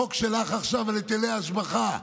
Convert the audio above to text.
החוק שלך עכשיו על היטלי ההשבחה,